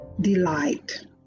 delight